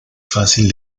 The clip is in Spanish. fácil